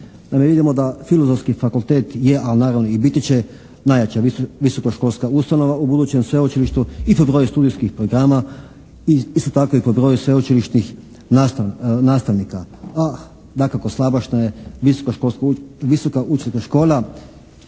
razumije./ Filozofski fakultet je, ali naravno i biti će najjača visokoškolska ustanova u budućem sveučilištu i po broju studijskih programa i isto tako i po broju sveučilišnih nastavnika. A dakako, slabašna je Visoka učiteljska škola